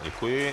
Děkuji.